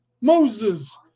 moses